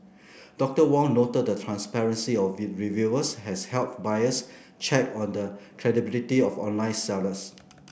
Doctor Wong noted the transparency of reviews has helped buyers check on the credibility of online sellers